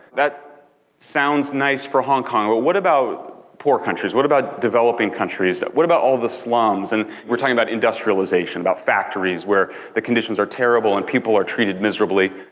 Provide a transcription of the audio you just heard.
that sounds nice for hong kong, but what about poor countries? what about developing countries? what about all the slums? and we're talking about industrialization, about factories, where the conditions are terrible and people are treated miserably.